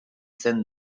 zen